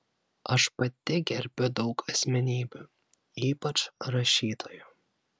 aš pati gerbiu daug asmenybių ypač rašytojų